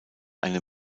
eine